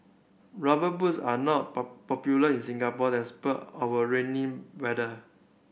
Rubber Boots are not popular in Singapore despite our rainy weather